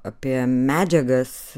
apie medžiagas